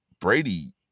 Brady